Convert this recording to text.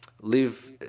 Live